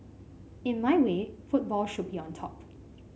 in my way football should be on top